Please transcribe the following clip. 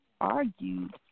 argued